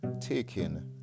taking